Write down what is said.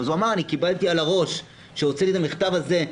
הוא אמר: קיבלתי על הראש כשהוצאתי את המכתב הזה,